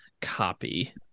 copy